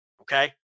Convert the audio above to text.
Okay